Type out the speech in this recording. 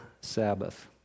Sabbath